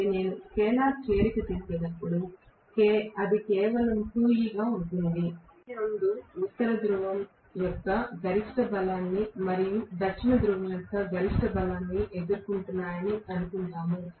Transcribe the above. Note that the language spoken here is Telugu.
కాబట్టి నేను స్కేలార్ చేరిక చేసినప్పుడు అది కేవలం 2E గా ఉంటుంది ఈ రెండూ ఉత్తర ధ్రువం యొక్క గరిష్ట బలాన్ని మరియు దక్షిణ ధ్రువం యొక్క గరిష్ట బలాన్ని ఎదుర్కొంటున్నాయని అనుకుంటాము